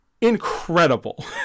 incredible